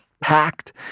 packed